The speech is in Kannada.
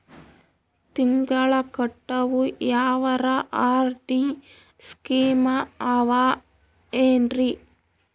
ತಿಂಗಳ ಕಟ್ಟವು ಯಾವರ ಆರ್.ಡಿ ಸ್ಕೀಮ ಆವ ಏನ್ರಿ?